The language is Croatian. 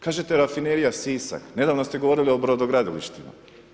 Kažete rafinerija Sisak, nedavno ste govorili o brodogradilištima.